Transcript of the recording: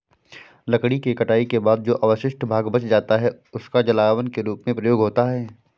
लकड़ी के कटाई के बाद जो अवशिष्ट भाग बच जाता है, उसका जलावन के रूप में प्रयोग होता है